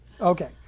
Okay